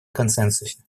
консенсусе